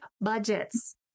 budgets